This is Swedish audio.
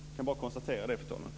Jag kan bara konstatera det, fru talman.